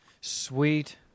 Sweet